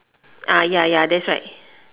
ya ya that's right